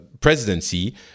presidency